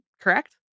correct